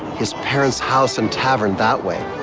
his parents' house and tavern that way,